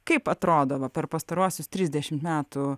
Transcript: kaip atrodo va per pastaruosius trisdešimt metų